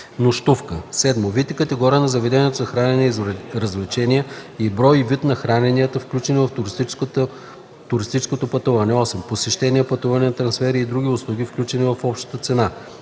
нощувка; 7. вид и категория на заведенията за хранене и развлечения, брой и вид на храненията, включени в туристическото пътуване; 8. посещения, пътувания, трансфери и други услуги, включени в общата цена;